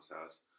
house